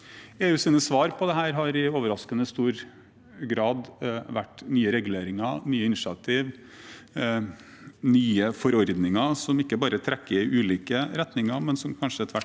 EUs svar på dette har i overraskende stor grad vært nye reguleringer, nye initiativ og nye forordninger som ikke bare trekker i ulike retninger, men som kanskje tvert